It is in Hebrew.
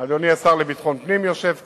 אדוני השר לביטחון פנים יושב כאן,